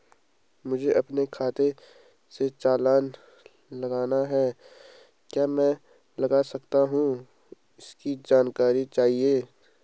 मुझे अपने खाते से चालान लगाना है क्या मैं लगा सकता हूँ इसकी जानकारी चाहिए?